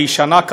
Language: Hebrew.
"הישנה",